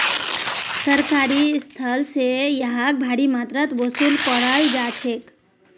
सरकारी स्थल स यहाक भारी मात्रात वसूल कराल जा छेक